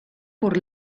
por